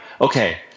okay